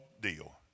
deal